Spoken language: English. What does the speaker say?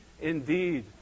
indeed